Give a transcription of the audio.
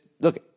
Look